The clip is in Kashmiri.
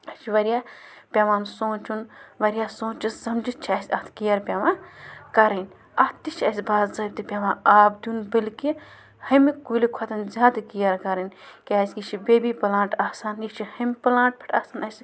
اَسہِ چھِ واریاہ پٮ۪وان سونٛچُن واریاہ سوٗنٛچِتھ سَمجِتھ چھِ اَسہِ اَتھ کِیَر پٮ۪وان کَرٕنۍ اَتھ تہِ چھِ اَسہِ باضٲپطہِ پٮ۪وان آب دیُن بٔلکہِ ۂمہِ کُلہِ کھۄتَن زیادٕ کِیَر کَرٕنۍ کیٛازکہِ یہِ چھِ بیبی پٕلانٛٹ آسان یہِ چھِ ۂمۍ پٕلانٛٹ پٮ۪ٹھ آسان اَسہِ